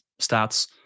stats